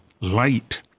light